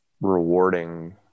rewarding